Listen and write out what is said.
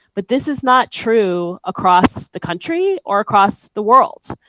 but this is not true across the country or across the world.